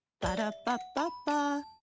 Ba-da-ba-ba-ba